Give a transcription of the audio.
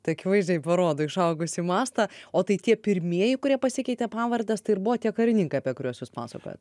tai akivaizdžiai parodo išaugusį mastą o tai tie pirmieji kurie pasikeitė pavardes tai ir buvo tie karininkai apie kuriuos jūs pasakojot